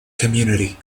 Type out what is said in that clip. community